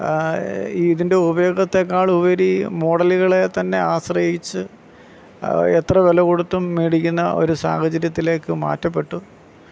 ഇതിൻ്റെ ഉപയോഗത്തെക്കാൾ ഉപരി മോഡലുകളെ തന്നെ ആശ്രയിച്ച് എത്ര വില കൊടുത്തും മേടിക്കുന്ന ഒരു സാഹചര്യത്തിലേക്ക് മാറ്റപ്പെട്ടു